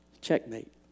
Checkmate